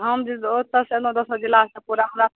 हम ओतऽ सँ अयलहुॅं दोसर जिला सँ पूरा हमरा